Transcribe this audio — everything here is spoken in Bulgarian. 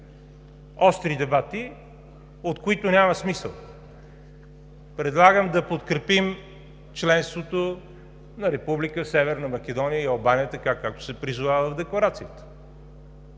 остри дебати, от които няма смисъл. Предлагам да подкрепим членството на Република Северна Македония и Албания така, както се призовава в Декларацията.